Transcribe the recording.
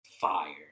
Fire